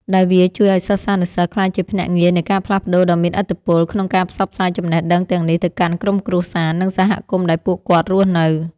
ដែលវាជួយឱ្យសិស្សានុសិស្សក្លាយជាភ្នាក់ងារនៃការផ្លាស់ប្តូរដ៏មានឥទ្ធិពល ក្នុងការផ្សព្វផ្សាយចំណេះដឹងទាំងនេះទៅកាន់ក្រុមគ្រួសារ និងសហគមន៍ដែលពួកគាត់រស់នៅ។